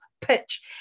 pitch